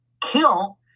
kill